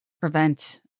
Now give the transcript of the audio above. prevent